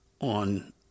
on